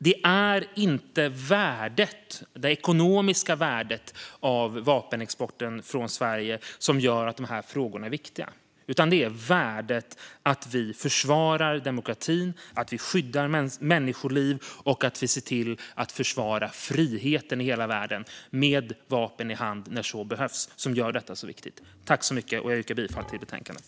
Det är inte det ekonomiska värdet av vapenexporten från Sverige som gör att de här frågorna är viktiga, utan det är värdet av att försvara demokratin, skydda människoliv och försvara friheten i hela världen, med vapen i hand när så behövs, som gör detta så viktigt. Jag yrkar bifall till utskottets förslag i betänkandet.